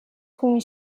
com